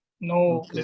no